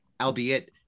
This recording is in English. albeit